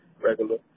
regular